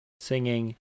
singing